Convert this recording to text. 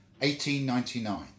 1899